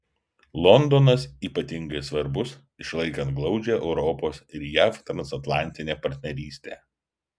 londonas ypatingai svarbus išlaikant glaudžią europos ir jav transatlantinę partnerystę